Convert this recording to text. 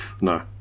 no